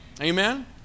Amen